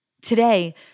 Today